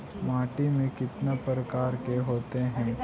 माटी में कितना प्रकार के होते हैं?